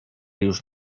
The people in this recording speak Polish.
już